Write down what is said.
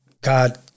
god